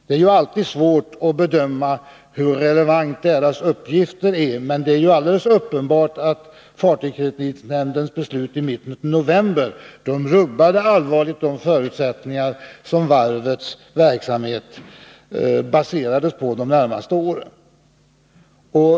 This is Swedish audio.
Det är alltid svårt att bedöma hur relevanta deras uppgifter är, men det är alldeles uppenbart att fartygskreditnämndens beslut i mitten av november allvarligt rubbat de förutsättningar som varvets verksamhet de närmaste åren baserades på.